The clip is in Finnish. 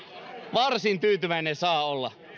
varsin tyytyväinen saa olla